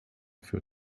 für